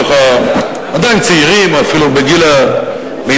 ככה עדיין צעירים או אפילו בגיל הביניים,